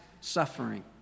suffering